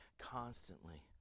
constantly